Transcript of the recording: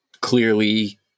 clearly